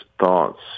thoughts